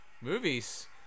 Movies